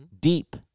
deep